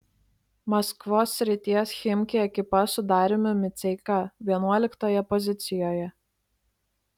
maskvos srities chimki ekipa su dariumi miceika vienuoliktoje pozicijoje